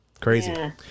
crazy